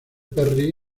perry